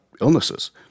illnesses